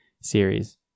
series